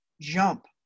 jump